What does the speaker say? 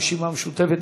הרשימה המשותפת,